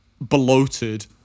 bloated